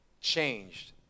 changed